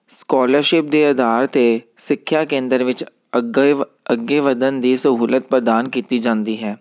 scholarship ਦੇ ਆਧਾਰ 'ਤੇ ਸਿੱਖਿਆ ਕੇਂਦਰ ਵਿੱਚ ਅਗਵ ਅੱਗੇ ਵਧਣ ਦੀ ਸਹੂਲਤ ਪ੍ਰਦਾਨ ਕੀਤੀ ਜਾਂਦੀ ਹੈ